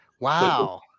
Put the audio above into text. Wow